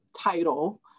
title